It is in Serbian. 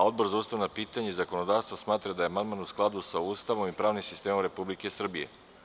Odbor za ustavna pitanja i zakonodavstva smatra da je amandman u skladu sa ustavom i pravnim sistemom Republike Srbije.